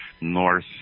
north